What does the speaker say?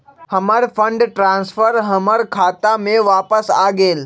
हमर fund transfer हमर खाता में वापस आ गेल